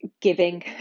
giving